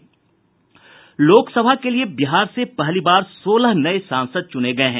लोकसभा के लिए बिहार से पहली बार सोलह नये सांसद चूने गये हैं